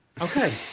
Okay